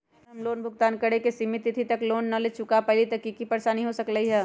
अगर हम लोन भुगतान करे के सिमित तिथि तक लोन न चुका पईली त की की परेशानी हो सकलई ह?